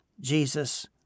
Jesus